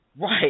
Right